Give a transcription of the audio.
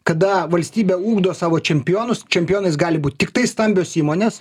kada valstybė ugdo savo čempionus čempionais gali būt tiktai stambios įmonės